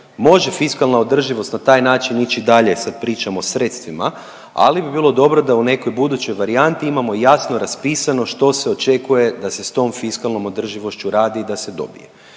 Može fiskalna održivost na taj način ići dalje sa pričom o sredstvima, ali bi bilo dobro da u nekoj budućoj varijanti imamo jasno raspisano što se očekuje da se s tom fiskalnom održivošću radi i da se dobije.